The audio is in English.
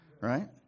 Right